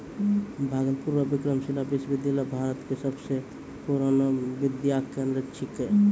भागलपुर रो विक्रमशिला विश्वविद्यालय भारत के सबसे पुरानो विद्या केंद्र छिकै